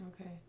Okay